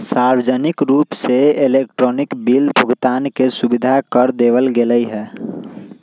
सार्वजनिक रूप से इलेक्ट्रॉनिक बिल भुगतान के सुविधा कर देवल गैले है